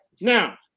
Now